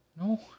No